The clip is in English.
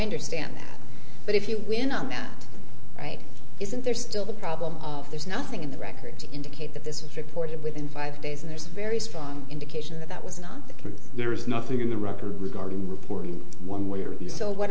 understand that but if you win on that right isn't there still the problem of there's nothing in the record to indicate that this was reported within five days and there's a very strong indication that that was not the case there is nothing in the record regarding reporting one way or the so what